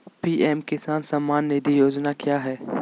PM Kisan Samman Nidhi Yojana क्या है?